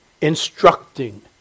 instructing